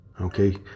Okay